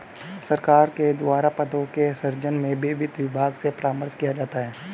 सरकार के द्वारा पदों के सृजन में भी वित्त विभाग से परामर्श किया जाता है